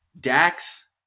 Dax